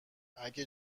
اگه